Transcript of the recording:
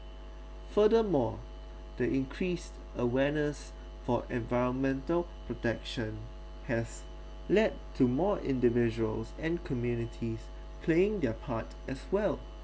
furthermore the increased awareness for environmental protection has led to more individuals and communities playing their part as well